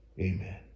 amen